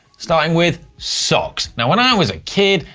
starting with socks. now, when i was a kid,